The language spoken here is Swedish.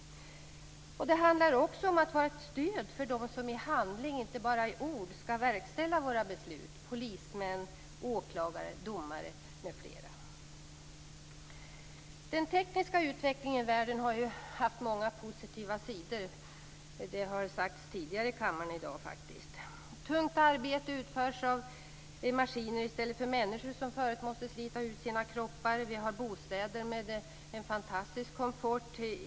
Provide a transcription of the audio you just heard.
Det handlar också om att vara ett stöd för dem som i handling, inte bara i ord, skall verkställa våra beslut: polismän, åklagare, domare m.fl. Den tekniska utvecklingen i världen har haft många positiva sidor. Det har sagts tidigare i dag i kammaren. Tungt arbete utförs av maskiner i stället för människor, som tidigare måste slita ut sina kroppar. Vi har bostäder med en fantastisk komfort.